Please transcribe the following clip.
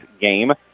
game